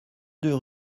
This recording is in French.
deux